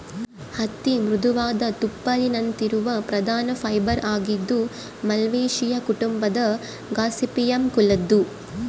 ಹತ್ತಿ ಮೃದುವಾದ ತುಪ್ಪುಳಿನಂತಿರುವ ಪ್ರಧಾನ ಫೈಬರ್ ಆಗಿದ್ದು ಮಾಲ್ವೇಸಿಯೇ ಕುಟುಂಬದ ಗಾಸಿಪಿಯಮ್ ಕುಲದ್ದು